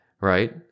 right